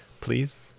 Please